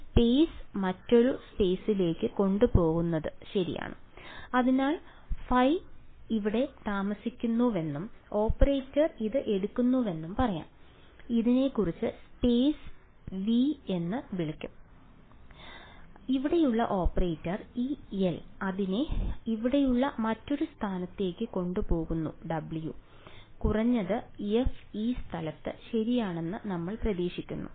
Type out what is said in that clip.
ഒരു സ്പെയ്സ് മറ്റൊരു സ്പെയ്സിലേക്ക് കൊണ്ടുപോകുന്നത് ശരിയാണ് അതിനാൽ ϕ ഇവിടെ താമസിക്കുന്നുവെന്നും ഓപ്പറേറ്റർ അത് എടുക്കുന്നുവെന്നും പറയാം ഇതിനെ കുറച്ച് സ്പേസ് V എന്ന് വിളിക്കാം ഇവിടെയുള്ള ഓപ്പറേറ്റർ ഈ L അതിനെ ഇവിടെയുള്ള മറ്റൊരു സ്ഥലത്തേക്ക് കൊണ്ടുപോകുന്നു W കുറഞ്ഞത് f ഈ സ്ഥലത്ത് ശരിയാണെന്ന് നമ്മൾ പ്രതീക്ഷിക്കുന്നു